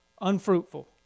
Unfruitful